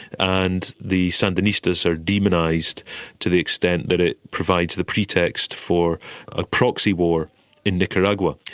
and the sandinistas are demonised to the extent that it provides the pretext for a proxy war in nicaragua.